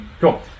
Cool